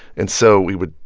and so we would,